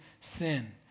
sin